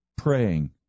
praying